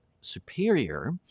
superior